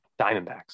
Diamondbacks